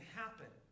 happen